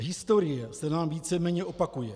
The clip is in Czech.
Historie se nám víceméně opakuje.